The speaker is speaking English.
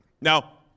Now